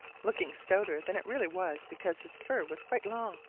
looking stouter than it really was because his fur was quite long.